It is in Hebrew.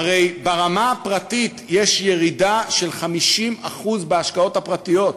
הרי ברמה הפרטית יש ירידה של 50% בהשקעות הפרטיות,